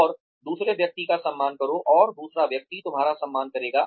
और दूसरे व्यक्ति का सम्मान करो और दूसरा व्यक्ति तुम्हारा सम्मान करेगा